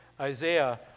Isaiah